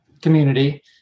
community